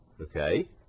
okay